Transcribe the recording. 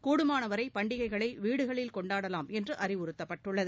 கூடுமானவரை பண்டிகைகளை வீடுகளில் கொண்டாடலாம் என்று அறிவுறுத்தப்பட்டுள்ளது